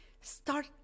start